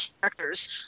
characters